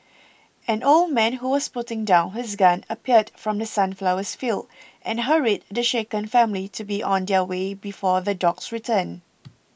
an old man who was putting down his gun appeared from The Sunflowers fields and hurried the shaken family to be on their way before the dogs return